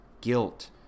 guilt